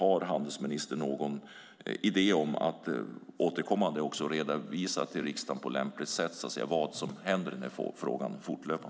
Har handelsministern någon idé om att återkommande och fortlöpande på lämpligt sätt redovisa till riksdagen vad som händer med frågan?